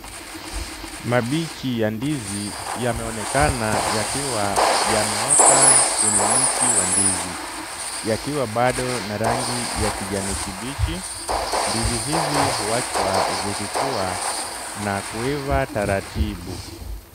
Mabichi ya ndizi yameonekana yakiwa yameota kwenye mti wa ndizi, yakiwa bado na rangi ya kijani kibichi. Ndizi hizi huachwa zikikua na kuiva taratibu.